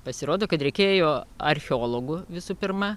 pasirodo kad reikėjo archeologų visų pirma